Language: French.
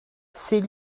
ces